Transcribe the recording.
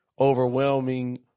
overwhelming